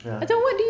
ya